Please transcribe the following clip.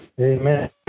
amen